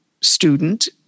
student